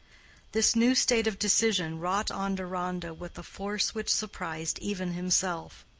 this new state of decision wrought on deronda with a force which surprised even himself.